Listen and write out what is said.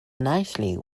nicely